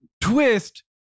twist